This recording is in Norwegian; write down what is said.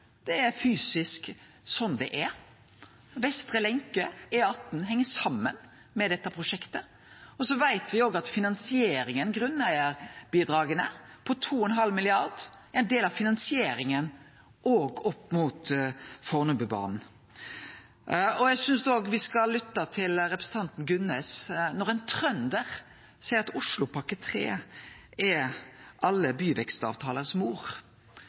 Det er fysisk slik det er. Vestrelenke, E18, heng saman med dette prosjektet, og me veit òg at finansieringa, grunneigarbidraga på 2,5 mrd. kr, er ein del av finansieringa òg opp mot Fornebubanen. Eg synest òg me skal lytte til representanten Gunnes. Når ein trønder seier at Oslopakke 3 er alle «byvekstavtalers mor»,